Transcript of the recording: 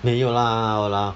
没有 lah !walao!